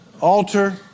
altar